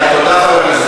תודה.